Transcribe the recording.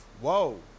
Whoa